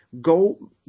go